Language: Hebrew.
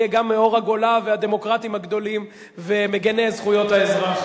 גם אנחנו נהיה מאור הגולה והדמוקרטים הגדולים ומגיני זכויות האזרח.